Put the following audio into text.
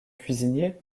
cuisinier